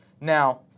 Now